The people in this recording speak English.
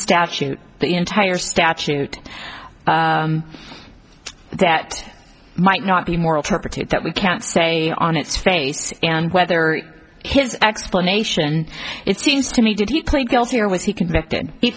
statute the entire statute that might not be moral turpitude that we can't say on its face and whether his explanation it seems to me did he plead guilty or was he convicted he